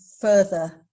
further